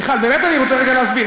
מיכל, באמת אני רוצה רגע להסביר.